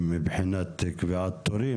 חה"כ מקלב וחה"כ טאהא,